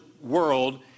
world